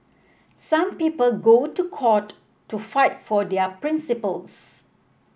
some people go to court to fight for their principles